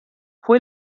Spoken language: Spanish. fue